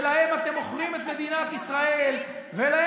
ולהם אתם מוכרים את מדינת ישראל ולהם